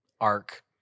arc